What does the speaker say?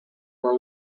were